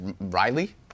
Riley